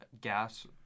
gas